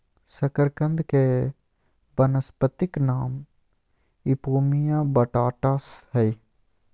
शकरकंद के वानस्पतिक नाम इपोमिया बटाटास हइ